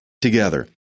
together